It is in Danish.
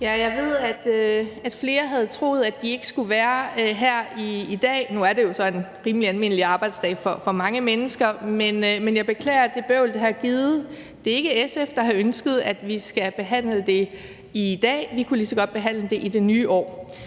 Jeg ved, at flere havde troet, at de ikke skulle være her i dag. Nu er det jo så en rimelig almindelig arbejdsdag for mange mennesker, men jeg beklager det bøvl, det har givet anledning til. Det er ikke SF, der har ønsket, at vi skulle behandle det i dag; vi kunne lige så godt behandle det i det nye år.